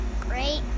Great